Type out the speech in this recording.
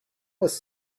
was